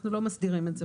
אנחנו לא מסדירים את זה.